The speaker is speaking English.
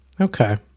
Okay